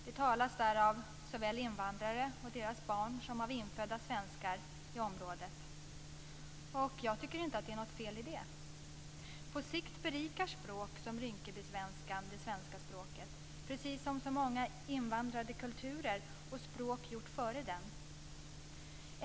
Det talas där såväl av invandrare och deras barn som av infödda svenskar i området. Jag tycker inte att det är något fel med det. På sikt berikar språk som Rinkebysvenskan det svenska språket, precis som så många invandrade kulturer och språk har gjort före den.